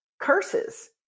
curses